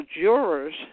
jurors